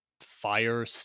fire